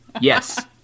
Yes